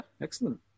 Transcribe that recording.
Excellent